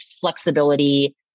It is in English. flexibility